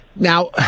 Now